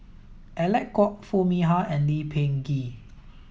Alec Kuok Foo Mee Har and Lee Peh Gee